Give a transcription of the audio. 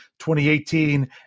2018